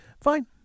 Fine